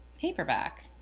paperback